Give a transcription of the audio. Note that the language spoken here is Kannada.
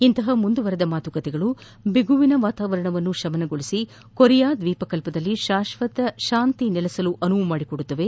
ಇಂತಹ ಮುಂದುವರಿದ ಮಾತುಕತೆಗಳು ಬಿಗುವಿನ ವಾತಾವರಣವನ್ನು ಶಮನಗೊಳಿಸಿ ಕೊರಿಯಾ ದ್ವೀಪಕಲ್ಪದಲ್ಲಿ ಶಾಶ್ವತ ಶಾಂತಿ ನೆಲೆಸಲು ಅನುವು ಮಾಡಿಕೊಡುತ್ತವೆ